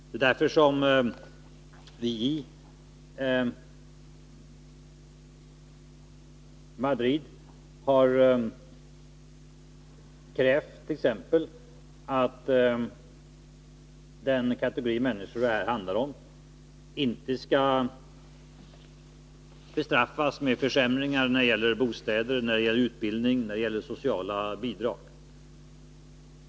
Det är därför som vi i Madrid har krävt att den kategori människor som det här handlar om inte skall bestraffas med försämringar när det gäller bostäder, utbildning och sociala bidrag.